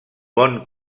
bon